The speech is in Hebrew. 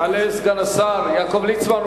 יעלה סגן השר יעקב ליצמן,